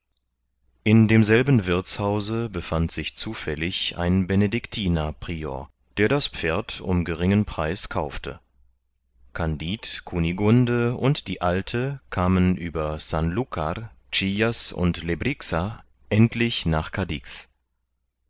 in demselben wirthshause befand sich zufällig ein benedictiner prior der das pferd um geringen preis kaufte kandid kunigunde und die alte kamen über san lucar chillas und lebrixa endlich nach cadix